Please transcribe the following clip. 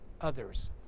others